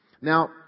Now